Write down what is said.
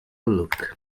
look